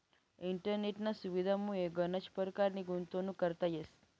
इंटरनेटना सुविधामुये गनच परकारनी गुंतवणूक करता येस